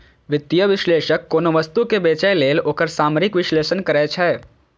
वित्तीय विश्लेषक कोनो वस्तु कें बेचय लेल ओकर सामरिक विश्लेषण करै छै